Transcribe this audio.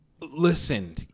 Listen